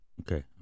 okay